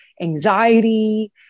anxiety